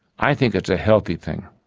i think it's a healthy thing.